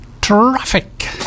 traffic